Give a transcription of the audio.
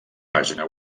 pàgina